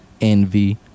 envy